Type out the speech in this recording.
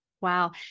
Wow